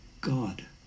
God